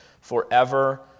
forever